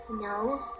No